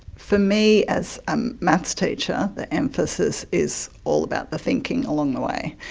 for me as a maths teacher, the emphasis is all about the thinking along the way.